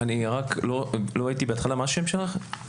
אני רק לא הייתי בהתחלה, מה השם שלך?